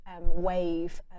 wave